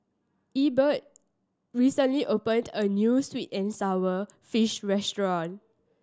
Ebert recently opened a new sweet and sour fish restaurant